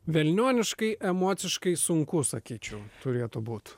velnioniškai emociškai sunku sakyčiau turėtų būt